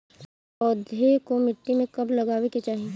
पौधे को मिट्टी में कब लगावे के चाही?